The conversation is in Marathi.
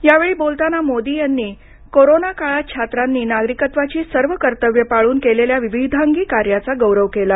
या वेळी बोलताना मोदी यांनी कोरोना काळात छात्रांनी नागरिकत्वाची सर्व कर्त्तव्ये पळून केलेल्या विविधांगी कार्याचा गौरव केला